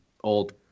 old